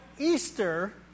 Easter